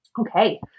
Okay